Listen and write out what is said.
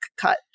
cut